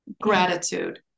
Gratitude